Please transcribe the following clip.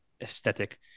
aesthetic